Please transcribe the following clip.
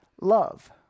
love